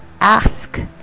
ask